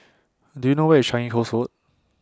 Do YOU know Where IS Changi Coast Road